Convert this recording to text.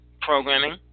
programming